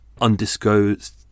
undisclosed